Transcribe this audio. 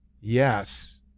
yes